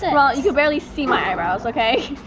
it. ron, you can barely see my eyebrows, okay?